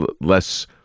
less